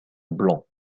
blanc